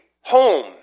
home